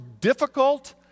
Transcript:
difficult